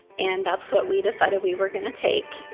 and that's what we decided we were going to take.